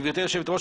גברתי היושבת-ראש,